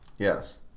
Yes